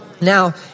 Now